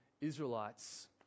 Israelites